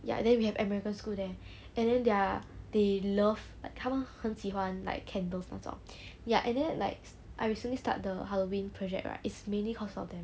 ya then we have American school there and then they are they love like 他们很喜欢 like candles 这种 ya and then like I recently start the halloween project right is mainly cause of them